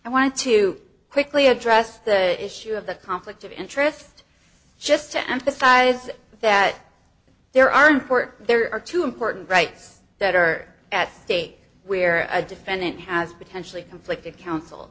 i wanted to quickly address the issue of the conflict of interest just to emphasize that there are important there are two important rights that are at stake where a defendant has potentially conflicted counsel